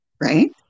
right